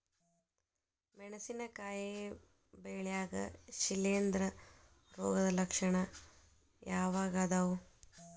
ಮೆಣಸಿನಕಾಯಿ ಬೆಳ್ಯಾಗ್ ಶಿಲೇಂಧ್ರ ರೋಗದ ಲಕ್ಷಣ ಯಾವ್ಯಾವ್ ಅದಾವ್?